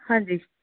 ਹਾਂਜੀ